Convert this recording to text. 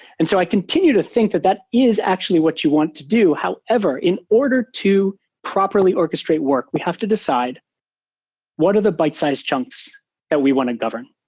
and so i continue to think that that is actually what you want to do. however, in order to properly orchestrate work, we have to decide what are the bite-size chunks that we want to govern?